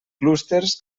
clústers